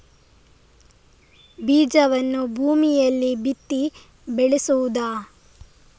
ಬೀಜವನ್ನು ಭೂಮಿಯಲ್ಲಿ ಬಿತ್ತಿ ಬೆಳೆಸುವುದಾ?